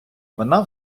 вона